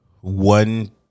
one